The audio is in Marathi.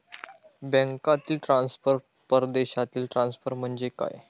बँकांतील ट्रान्सफर, परदेशातील ट्रान्सफर म्हणजे काय?